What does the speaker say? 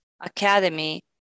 Academy